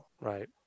Right